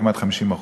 כמעט 50%,